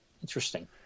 interesting